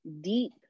deep